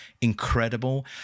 Incredible